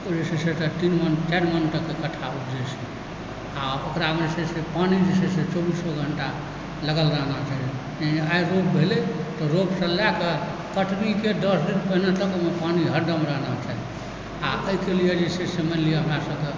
ओ जे छै से तीन मोन चारि मोन कऽ कऽ कट्ठा उपजै छै आ ओकरामे जे छै से पानि जे छै से चौबीसो घण्टा लगल रहना चाही एहि रोप भेलै तऽ रोपसँ लए कऽ कटनीके दश दिन पहिने तक ओहिमे पानी हरदम रहना चाही आ एहिके लियऽ जे छै से मानि लियऽ हमरा सबके